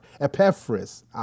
Epaphras